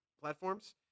platforms